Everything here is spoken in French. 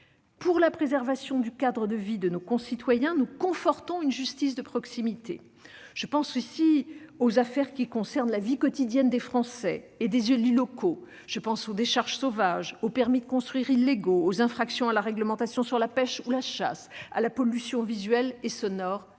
Pour la préservation du cadre de vie de nos concitoyens, nous confortons une justice de proximité. Je pense aussi aux affaires qui concernent la vie quotidienne des Français et des élus locaux : par exemple, les décharges sauvages, les permis de construire illégaux, les infractions à la réglementation sur la pêche ou la chasse, la pollution visuelle et sonore.